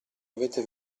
avete